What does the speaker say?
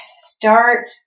start